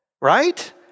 Right